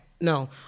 No